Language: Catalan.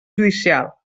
judicial